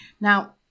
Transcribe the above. Now